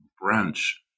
branch